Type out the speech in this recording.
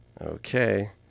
okay